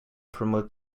promote